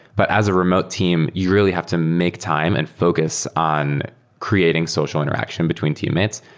but as a remote team, you really have to make time and focus on creating social interaction between teammates,